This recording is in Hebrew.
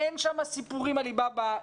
אין שם סיפורים עלי באבא,